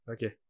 Okay